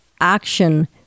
action